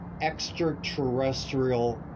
extraterrestrial